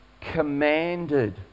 commanded